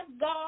God